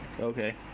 Okay